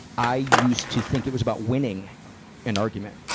i used to think it was about winning an argument,